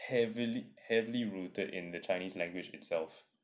heavily heavily rooted in the chinese language itself